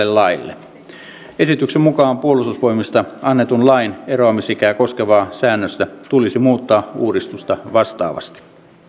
laille esityksen mukaan puolustusvoimista annetun lain eroamisikää koskevaa säännöstä tulisi muuttaa uudistusta vastaavasti